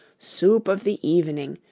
soup of the evening,